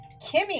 kimmy